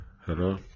Hello